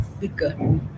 bigger